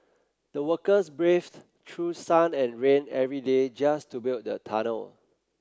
the workers braved through sun and rain every day just to build the tunnel